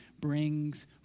brings